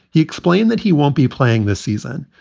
he explained that he won't be playing this season,